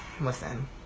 Listen